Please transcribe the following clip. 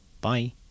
Bye